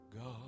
God